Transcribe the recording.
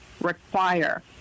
require